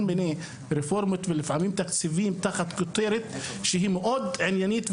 מיני רפורמות ותקציבים תחת כותרת מאוד עניינית,